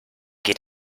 geht